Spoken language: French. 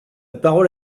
parole